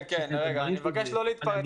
כן, אני מבקש לא להתפרץ.